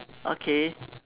okay